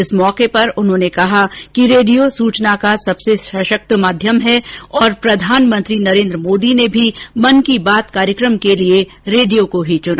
इस अवसर पर उन्होंने कहा कि रेडियो सूचना का सबसे सशक्त माध्यम है और प्रधानमंत्री नरेन्द्र मोदी ने भी मन की बात कार्यक्रम के लिए रेडियो को ही चुना